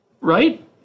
right